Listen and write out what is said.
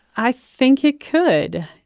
i think it could,